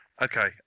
Okay